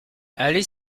aller